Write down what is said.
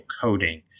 coding